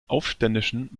aufständischen